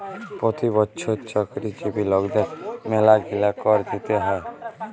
পতি বচ্ছর চাকরিজীবি লকদের ম্যালাগিলা কর দিতে হ্যয়